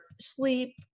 sleep